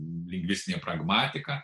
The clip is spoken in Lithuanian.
lingvistinė pragmatika